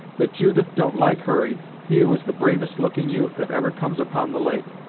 that judith don't like hurry he who is the bravest looking youth that ever comes upon the lake,